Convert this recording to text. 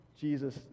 Jesus